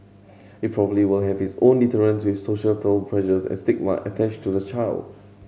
it probably will have its own deterrents with societal pressures and stigma attached to the child